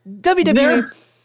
WWE